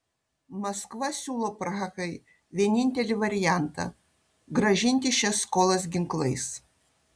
maskva siūlo prahai vienintelį variantą grąžinti šias skolas ginklais